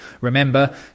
Remember